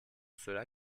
cela